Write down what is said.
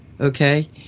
Okay